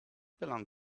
belong